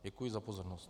Děkuji za pozornost.